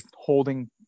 holding